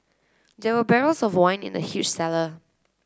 there were barrels of wine in the huge cellar